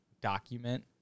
document